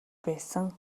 байсан